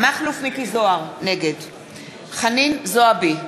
מכלוף מיקי זוהר, נגד חנין זועבי,